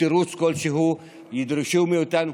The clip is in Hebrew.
בתירוץ כלשהו ידרשו מאיתנו.